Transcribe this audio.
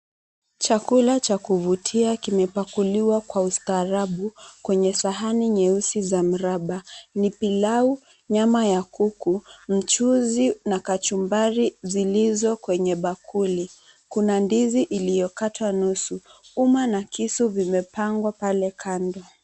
Chakula cha kuvutia kimepakuliwa kwa ustaarabu kwenye sahani nyeusi za mraba ni pilau, nyama ya kuku, mchuzi na kachumbari zilizo kwenye bakuli, kuna ndizi iliyokatwa nusu uma na kisu vimepangwa pale kando.